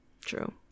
True